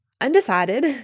undecided